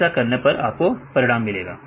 ऐसा करने पर आपको परिणाम मिलेगा